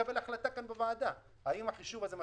לעניין הגשת דוח לצורך קביעת זכאות למענק.